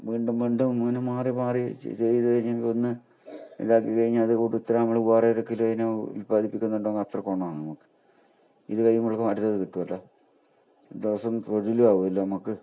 വീണ്ടും വീണ്ടും ഇങ്ങനെ മാറി മാറി ചെയ്ത് കഴിഞ്ഞെങ്കിൽ ഒന്ന് ഇതാക്കി കഴിഞ്ഞ് അത് കൂട്ട് ഇത്ര നമ്മൾ വേറെ ഒരു എടുക്കലേനു ഉത്പാദിപ്പിക്കുന്നുണ്ടെങ്കിൽ അത്ര കൊണമാണ് നമുക്ക് ഇത് കഴിയുമ്പോഴേക്കും അടുത്തത് കിട്ടുമല്ലോ ദിവസം തൊഴിലുമാകുമല്ലോ നമുക്ക്